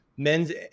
men's